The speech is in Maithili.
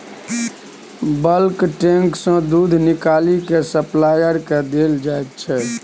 बल्क टैंक सँ दुध निकालि केँ सप्लायर केँ देल जाइत छै